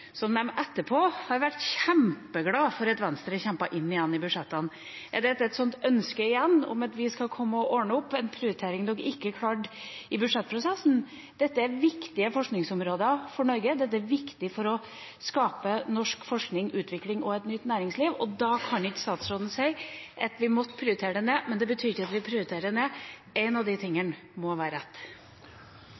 som de etterpå har vært kjempeglad for at Venstre kjempet inn igjen i budsjettene. Er dette et sånt ønske igjen, om at vi skal komme og ordne opp i en prioritering man ikke klarte i budsjettprosessen? Dette er viktige forskningsområder for Norge, dette er viktig for å skape norsk forskning, utvikling og et nytt næringsliv. Da kan ikke statsråden si at vi måtte prioritere det ned, men det betyr ikke at vi prioriterer det ned. Én av de